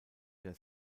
der